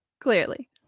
clearly